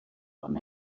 fan